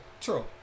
true